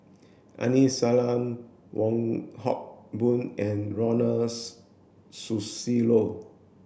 Aini Salim Wong Hock Boon and Ronald Susilo